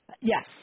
Yes